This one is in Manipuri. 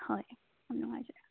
ꯍꯣꯏ ꯌꯥꯝ ꯅꯨꯡꯉꯥꯏꯖꯔꯦ